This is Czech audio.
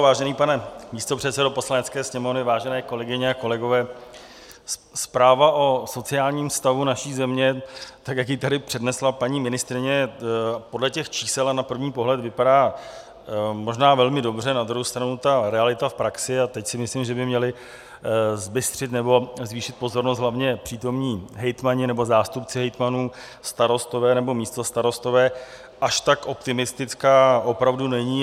Vážený pane místopředsedo Poslanecké sněmovny, vážené kolegyně a kolegové, zpráva o sociálním stavu naší země, tak jak ji tady přednesla paní ministryně, podle těch čísel a na první pohled vypadá možná velmi dobře, na druhou stranu ta realita v praxi a teď si myslím, že by měli zbystřit nebo zvýšit pozornost hlavně přítomní hejtmani nebo zástupci hejtmanů, starostové nebo místostarostové až tak optimistická opravdu není.